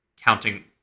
counting